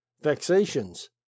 vexations